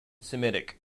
semitic